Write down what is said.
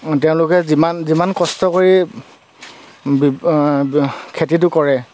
তেওঁলোকে যিমান যিমান কষ্ট কৰি খেতিটো কৰে